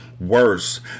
Worse